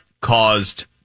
caused